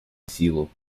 силу